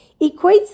equates